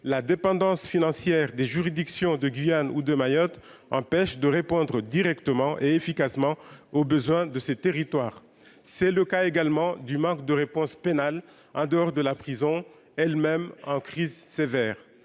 la dépendance financière des juridictions de Guyane ou de Mayotte empêche de répondre directement et efficacement aux besoins de ces territoires, c'est le cas également du manque de réponse pénale en dehors de la prison elle- même en crise sévère,